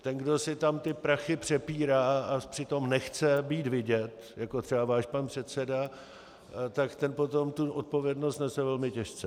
Ten, kdo si tam ty prachy přepírá a přitom nechce být vidět, jako třeba váš pan předseda, tak ten potom tu odpovědnost nese velmi těžce.